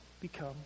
become